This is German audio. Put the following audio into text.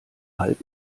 halb